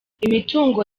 imitungo